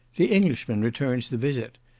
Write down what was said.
the englishman returns the visit,